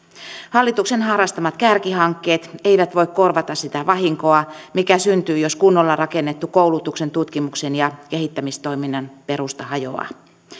hallituksen harrastamat kärkihankkeet eivät voi korvata sitä vahinkoa mikä syntyy jos kunnolla rakennettu koulutuksen tutkimuksen ja kehittämistoiminnan perusta hajoaa